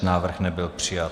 Návrh nebyl přijat.